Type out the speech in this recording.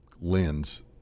lens